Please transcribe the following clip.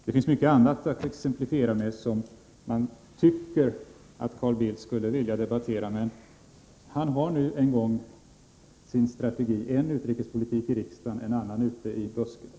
Det finns mycket annat att exemplifiera med, som jag skulle ha trott att Carl Bildt ville debattera. Men han har nu en gång sin strategi — en utrikespolitik i riksdagen, en annan ute i busken.